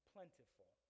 Plentiful